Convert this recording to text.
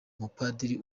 umupadiri